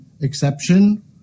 exception